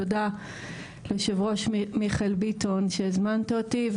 תודה יושב הראש מיכאל ביטון שהזמנת אותי,